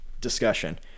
discussion